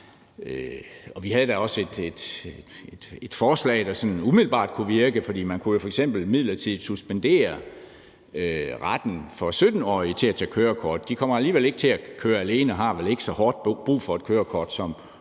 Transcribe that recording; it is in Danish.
Vi havde da også et forslag, der sådan umiddelbart kunne virke, for man kunne jo f.eks. midlertidigt suspendere retten for 17-årige til at tage kørekort. De kommer alligevel ikke til at køre alene og har vel ikke så hårdt brug for et kørekort som